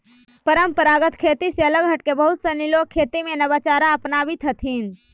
परम्परागत खेती से अलग हटके बहुत सनी लोग खेती में नवाचार अपनावित हथिन